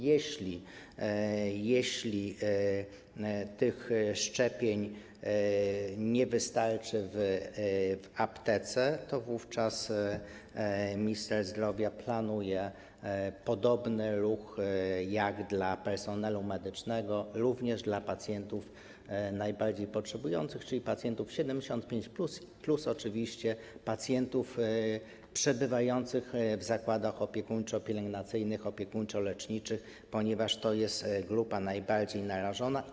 Jeśli tych szczepionek nie wystarczy w aptekach, to wówczas minister zdrowia planuje podobny ruch jak w przypadku personelu medycznego również dla pacjentów najbardziej potrzebujących, czyli pacjentów 75+, plus oczywiście pacjentów przebywających w zakładach opiekuńczo-pielęgnacyjnych, opiekuńczo-leczniczych, ponieważ to jest grupa najbardziej narażona.